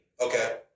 Okay